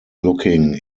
looking